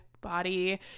body